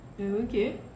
Okay